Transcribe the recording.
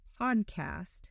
podcast